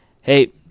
Hey